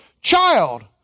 child